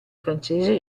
francese